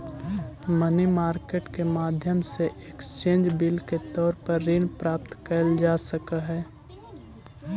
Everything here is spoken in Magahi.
मनी मार्केट के माध्यम से एक्सचेंज बिल के तौर पर ऋण प्राप्त कैल जा सकऽ हई